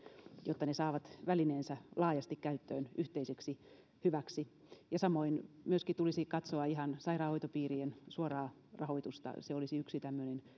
jotta ne saavat välineensä laajasti käyttöön yhteiseksi hyväksi ja samoin myöskin tulisi katsoa ihan sairaanhoitopiirien suoraa rahoitusta se olisi yksi tämmöinen